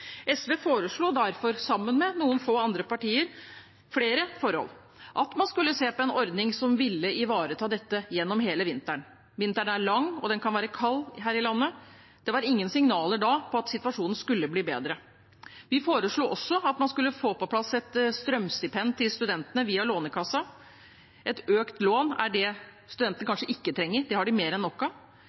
SV foreslo derfor, sammen med noen få andre partier, flere forhold. Vi foreslo at man skulle se på en ordning som ville ivareta dette gjennom hele vinteren. Vinteren er lang, og den kan være kald her i landet, og det var ingen signaler da om at situasjonen skulle bli bedre. Vi foreslo også at man skulle få på plass et strømstipend til studentene via Lånekassen. Et økt lån er det studentene kanskje ikke trenger, det har de mer enn